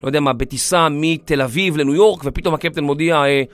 לא יודע מה, בטיסה מתל אביב לניו יורק ופתאום הקפטן מודיע...